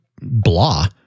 blah